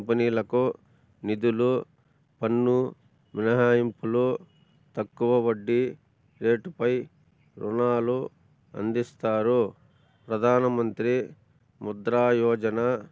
కంపెనీలకు నిధులు పన్ను మినహాయింపులు తక్కువ వడ్డి రేటుపై రుణాలు అందిస్తారు ప్రధానమంత్రి ముద్రా యోజన